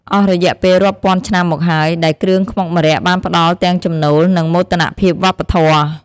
អស់រយៈពេលរាប់ពាន់ឆ្នាំមកហើយ ដែលគ្រឿងខ្មុកម្រ័ក្សណ៍បានផ្ដល់ទាំងចំណូល និងមោទនភាពវប្បធម៌។